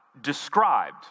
described